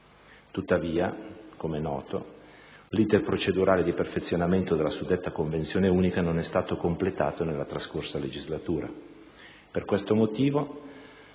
Tuttavia, come è noto, l'*iter* procedurale di perfezionamento della suddetta convenzione unica non è stato completato nella trascorsa legislatura. Per questo motivo,